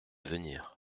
venir